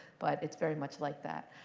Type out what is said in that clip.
but it's very much like that.